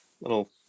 little